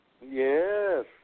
Yes